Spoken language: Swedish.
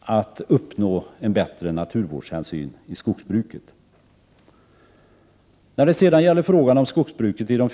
att uppnå en bättre naturvårdshänsyn i skogsbruket.